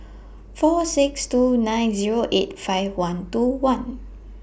four six two nine Zero eight five one two one